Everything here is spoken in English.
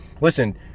Listen